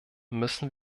müssen